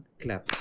clap